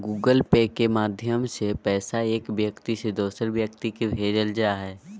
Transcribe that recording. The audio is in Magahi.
गूगल पे के माध्यम से पैसा एक व्यक्ति से दोसर व्यक्ति के भेजल जा हय